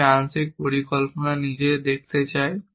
আমি আংশিক পরিকল্পনা নিজেই দেখতে চাই